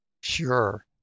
Sure